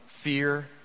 Fear